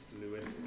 Lewis